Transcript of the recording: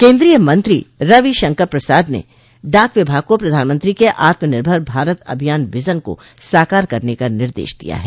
केन्द्रीय मंत्री रविशंकर प्रसाद ने डाक विभाग को प्रधानमंत्री के आत्मनिर्भर भारत अभियान विजन को साकार करने का निर्देश दिया है